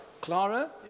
Clara